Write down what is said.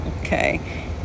okay